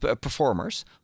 performers